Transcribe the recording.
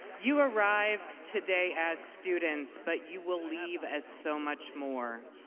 you arrived today as students but you will leave as so much more.